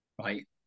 right